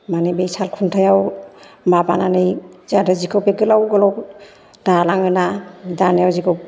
माने बे साल खुन्थायाव माबानानै जोंहाथ' जिखौ बे गोलाव गोलाव दालाङो ना दानायाव जिखौ